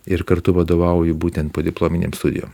ir kartu vadovauju būtent podiplominėm studijom